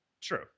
True